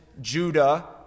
Judah